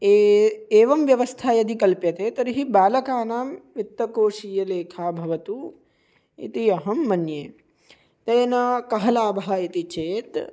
ए एवं व्यवस्था यदि कल्प्यते तर्हि बालकानां वित्तकोषीयलेखा भवतु इति अहं मन्ये तेन कः लाभः इति चेत्